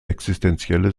existenzielle